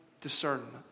discernment